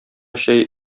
чәй